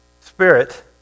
spirit